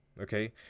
okay